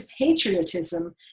patriotism